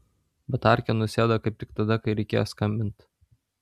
batarkė nusėdo kaip tik tada kai reikėjo skambint